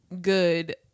good